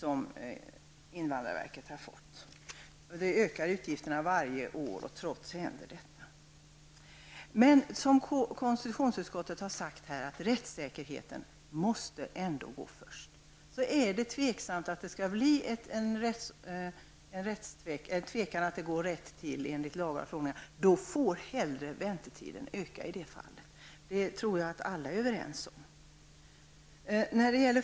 Utgifterna ökar varje år, men trots det händer detta. Konstitutionsutskottet har emellertid sagt att rättssäkerheten ändå måste gå först. Om det alltså är osäkert om det går rätt till enligt lagar och förordningar får väntetiden i detta fall hellre öka. Det tror jag att alla är överens om.